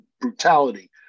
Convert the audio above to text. brutality